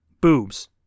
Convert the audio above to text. boobs